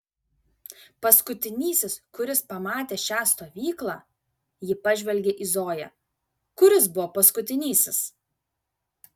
paskutinysis kuris pamatė šią stovyklą ji pažvelgė į zoją kuris buvo paskutinysis